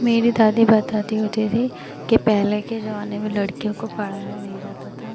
मेरी दादी बताती होती थी कि पहले के ज़माने में लड़कियों को पढ़ाया नहीं जाता था